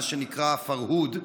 מה שנקרא פרהוד.